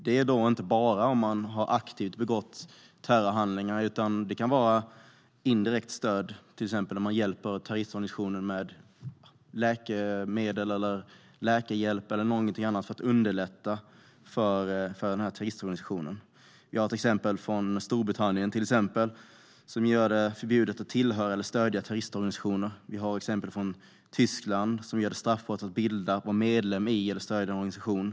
Det gäller inte bara om man aktivt har begått terrorhandlingar, utan det kan handla om indirekt stöd, till exempel om man hjälper terroristorganisationer med läkemedel, läkarhjälp eller någonting annat för att underlätta för terroristorganisationen. I Storbritannien finns exempel som gör det förbjudet att tillhöra eller stödja terroristorganisationer. Vi har exempel från Tyskland som gör det straffbart att bilda, vara medlem i eller stödja en organisation.